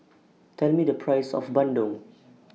Tell Me The Price of Bandung